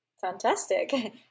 Fantastic